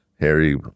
Harry